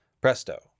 Presto